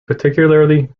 particularly